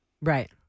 Right